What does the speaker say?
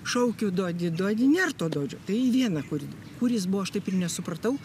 šaukiu dodi dodi nėr to dodžio tai į vieną koridorių kur jis buvo aš taip ir nesupratau